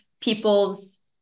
people's